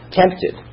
tempted